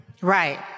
Right